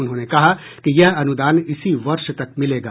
उन्होंने कहा कि यह अनुदान इसी वर्ष तक मिलेगा